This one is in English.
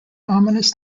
ominous